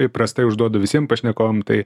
įprastai užduodu visiem pašnekovam tai